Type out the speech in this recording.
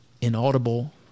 inaudible